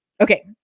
okay